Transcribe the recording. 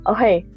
Okay